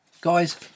Guys